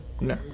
No